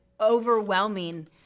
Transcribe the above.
overwhelming